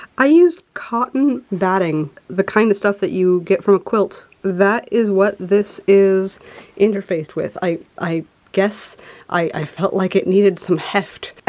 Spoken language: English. i used cotton batting. the kind of stuff that you get from a quilt. that is what this is interfaced with. i i guess i felt like it needed some heft.